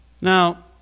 Now